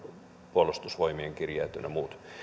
puolustusvoimien kirjeet ynnä muut